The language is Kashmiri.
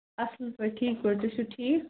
اصٕل پٲٹھۍ ٹھیٖک پٲٹھۍ تُہۍ چھُو ٹھیٖک